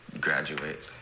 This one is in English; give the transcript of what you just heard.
graduate